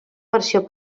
versió